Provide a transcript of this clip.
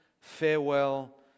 farewell